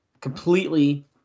completely